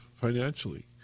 financially